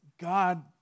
God